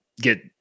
get